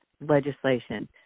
legislation